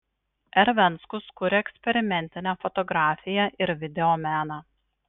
r venckus kuria eksperimentinę fotografiją ir videomeną